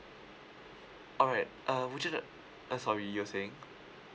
alright uh would you know uh sorry you were saying